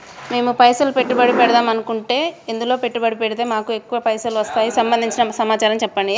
మేము పైసలు పెట్టుబడి పెడదాం అనుకుంటే ఎందులో పెట్టుబడి పెడితే మాకు ఎక్కువ పైసలు వస్తాయి సంబంధించిన సమాచారం చెప్పండి?